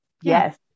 Yes